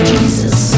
Jesus